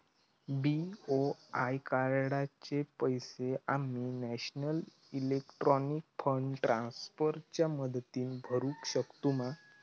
BOI कार्डाचे पैसे आम्ही नेशनल इलेक्ट्रॉनिक फंड ट्रान्स्फर च्या मदतीने भरुक शकतू मा?